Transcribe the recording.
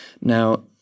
Now